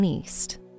East